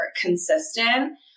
consistent